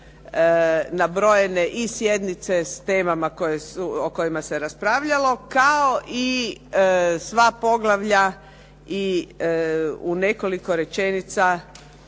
nabrojene i sjednice s temama o kojima se raspravljalo kao i sva poglavlja i u nekoliko rečenica